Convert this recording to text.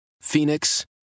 Phoenix